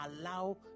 allow